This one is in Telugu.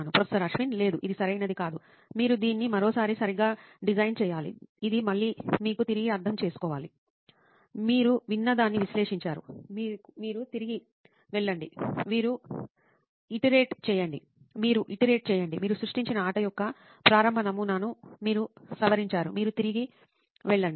ప్రొఫెసర్ అశ్విన్ లేదు ఇది సరైనది కాదు మీరు దీన్ని మరోసారి సరిగ్గా డిజైన్ చేయాలి ఇది మళ్ళీ మీరు తిరిగి అర్ధం చేసుకోవాలి మీరు విన్నదాన్ని విశ్లేషించారు మీరు తిరిగి వెళ్లండి మీరు ఇటరేట్ చేయండి మీరు సృష్టించిన ఆట యొక్క ప్రారంభ నమూనాను మీరు సవరించారు మీరు తిరిగి వెళ్ళండి